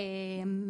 אגב,